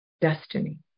destiny